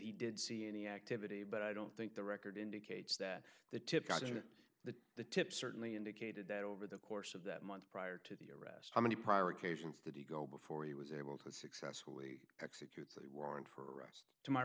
he did see any activity but i don't think the record indicates that the tip wasn't the the tip certainly indicated that over the course of that month prior to the arrest how many prior occasions did he go before he was able to successfully it's a warrant for arrest to my